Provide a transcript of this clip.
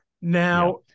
Now